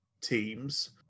teams